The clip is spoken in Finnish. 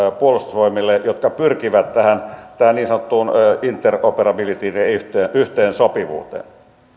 puolustusvoimillemme jotka pyrkivät tähän niin sanottuun interoperabilityyn eli yhteensopivuuteen